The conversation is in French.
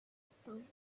cinq